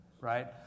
right